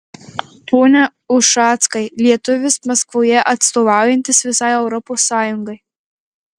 pone ušackai lietuvis maskvoje atstovaujantis visai europos sąjungai